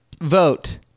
Vote